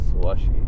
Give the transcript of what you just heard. slushy